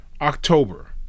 October